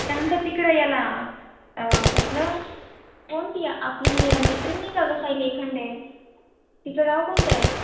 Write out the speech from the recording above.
त्यानंतर तिकडं याला कसलं कोण ती आपली मैत्रिणी नाही का ग सायली लोखंडे तिचं गाव कोणतं आहे